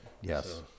Yes